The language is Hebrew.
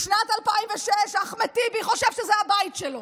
משנת 2006 אחמד טיבי חושב שזה הבית שלו.